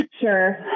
Sure